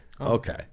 Okay